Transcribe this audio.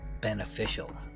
beneficial